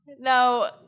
No